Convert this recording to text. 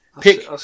pick